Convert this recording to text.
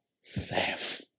safe